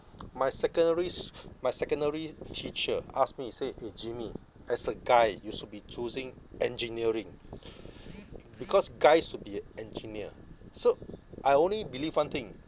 my secondary s~ my secondary teacher asked me say eh jimmy as a guy you should be choosing engineering because guys should be a engineer so I only believe one thing